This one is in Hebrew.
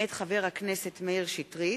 מאת חבר הכנסת מאיר שטרית,